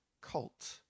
cult